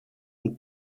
aux